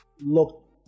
look